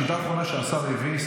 בשיטה האחרונה שהשר הביא,